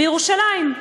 בירושלים,